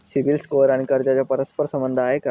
CIBIL score आणि कर्जाचा परस्पर संबंध आहे का?